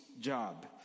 job